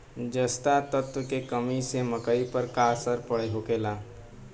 जस्ता तत्व के कमी से मकई पर का असर होखेला?